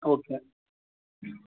okay